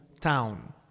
town